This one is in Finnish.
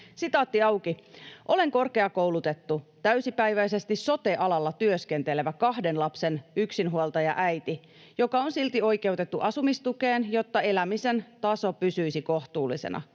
sitä muiltakin.” ”Olen korkeakoulutettu, täysipäiväisesti sote-alalla työskentelevä kahden lapsen yksinhuoltajaäiti, joka on silti oikeutettu asumistukeen, jotta elämisen taso pysyisi kohtuullisena.